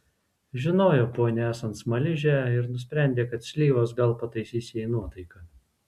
žinojo ponią esant smaližę ir nusprendė kad slyvos gal pataisys jai nuotaiką